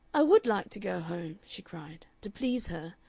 i would like to go home, she cried, to please her.